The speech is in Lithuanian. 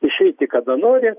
išeiti kada nori